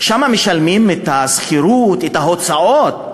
שם משלמים את השכירות, את ההוצאות.